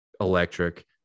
electric